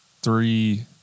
three